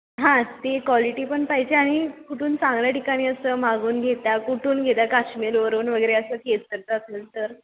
हां ती क्वालिटी पण पाहिजे आणि कुठून चांगल्या ठिकाणी असं मागवून घेता कुठून घेता काश्मीरवरून वगैरे असं केशरचं असेल तर